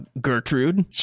Gertrude